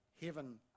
heaven